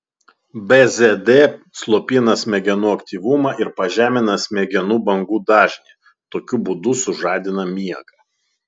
bzd slopina smegenų aktyvumą ir pažemina smegenų bangų dažnį tokiu būdu sužadina miegą